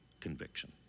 conviction